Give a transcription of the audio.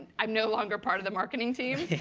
i'm no longer part of the marketing team.